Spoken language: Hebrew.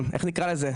איך נקרא לזה,